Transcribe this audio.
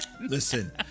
Listen